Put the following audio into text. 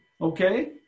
Okay